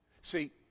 See